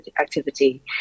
activity